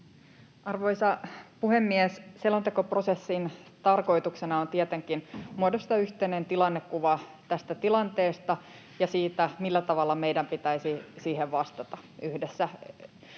Arvoisa puhemies! Selontekoprosessin tarkoituksena on tietenkin muodostaa yhteinen tilannekuva tästä tilanteesta ja siitä, millä tavalla meidän pitäisi siihen vastata yhdessä